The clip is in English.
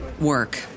work